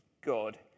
God